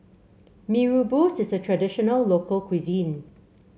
Mee Rebus is a traditional local cuisine